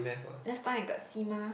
that's fine I got C mah